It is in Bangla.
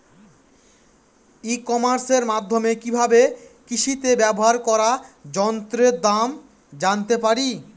ই কমার্সের মাধ্যমে কি ভাবে কৃষিতে ব্যবহার করা যন্ত্রের দাম জানতে পারি?